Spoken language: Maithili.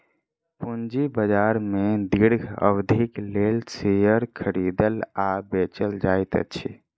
पूंजी बाजार में दीर्घ अवधिक लेल शेयर खरीदल आ बेचल जाइत अछि